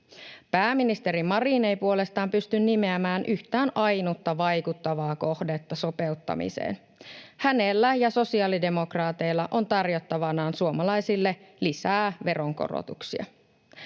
Pääministeri Marin ei puolestaan pysty nimeämään yhtään ainutta vaikuttavaa kohdetta sopeuttamiseen. Hänellä ja sosiaalidemokraateilla on tarjottavanaan suomalaisille lisää veronkorotuksia.